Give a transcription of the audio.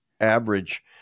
average